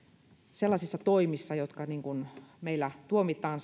sellaisissa toimissa jotka meillä tuomitaan